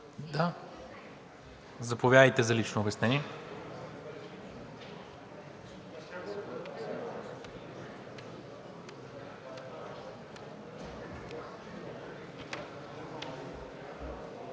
Заповядайте за лично обяснение.